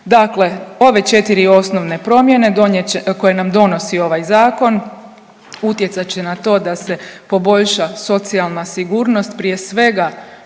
Dakle, ove 4 osnovne promjene donijet će, koje nam donosi ovaj Zakon, utjecat će na to da se poboljša socijalna sigurnost, prije svega